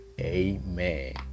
amen